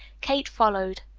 kate followed.